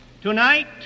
Tonight